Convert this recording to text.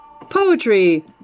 Poetry